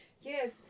Yes